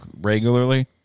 regularly